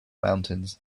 mountains